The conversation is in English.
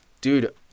Dude